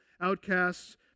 outcasts